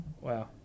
Wow